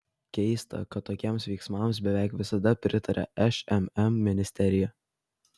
keista kad tokiems veiksmams beveik visada pritaria šmm ministerija